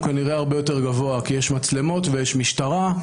הרבה יותר גבוה כי יש מצלמות ויש משטרה.